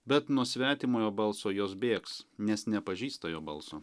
bet nuo svetimojo balso jos bėgs nes nepažįsta jo balso